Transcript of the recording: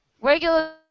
regular